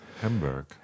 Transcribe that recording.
Hamburg